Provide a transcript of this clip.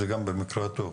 זה גם במקרה הטוב,